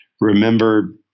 remember